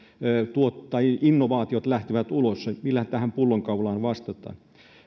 innovaatiot lähtevät ulos millä tähän pullonkaulaan vastataan